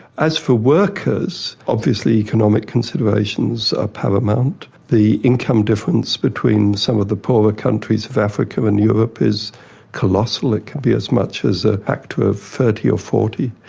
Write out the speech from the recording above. as for workers, obviously economic considerations are paramount. the income difference between some of the poorer countries of africa and europe is colossal. it could be as much as a factor of thirty or forty.